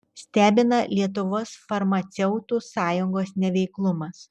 stebina lietuvos farmaceutų sąjungos neveiklumas